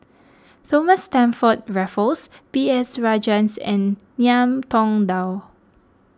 Thomas Stamford Raffles B S Rajhans and Ngiam Tong Dow